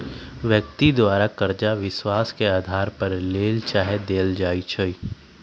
व्यक्ति द्वारा करजा विश्वास के अधार पर लेल चाहे देल जाइ छइ